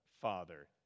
Father